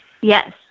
Yes